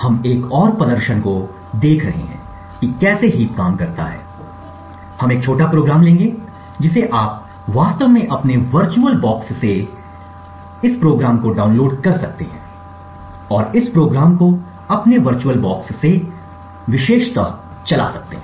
हम एक और प्रदर्शन को देख रहे हैं कि कैसे हीप काम करता है हम एक छोटा प्रोग्राम लेंगे जिसे आप वास्तव में अपने वर्चुअलबॉक्स से इस प्रोग्राम को डाउनलोड कर सकते हैं और इस प्रोग्राम को अपने वर्चुअलबॉक्स से विशेषत चला सकते हैं